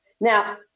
Now